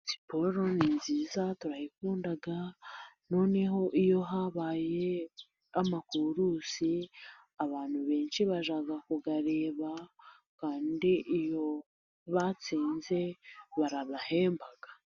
Siporo ni nziza turayikunda. Noneho iyo habaye amakurusi, abantu benshi bajya kuyareba, kandi iyo batsinze barabahemba.